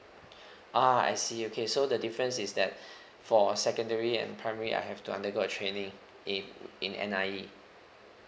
uh I see okay so the difference is that for secondary and primary I have to undergo a training in in N_I_E